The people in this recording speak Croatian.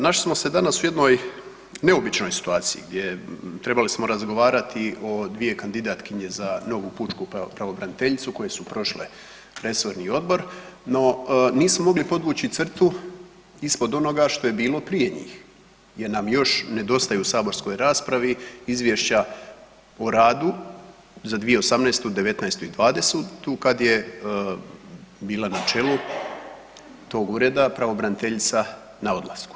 Našli smo se danas u jednoj neobičnoj situaciji, trebali smo razgovarati o dvije kandidatkinje za novu pučku pravobraniteljicu koje su prošle resorni odbor, no nismo mogli podvući crtu ispod onoga što je bilo prije njih jer nam nedostaje u saborskoj raspravi izvješća o radu za 2018., '19. i '20.g. kada je bila na čelu tog ureda pravobraniteljica na odlasku.